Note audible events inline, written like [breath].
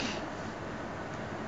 [breath]